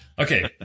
Okay